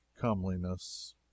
comeliness